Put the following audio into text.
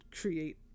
create